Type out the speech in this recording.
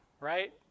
right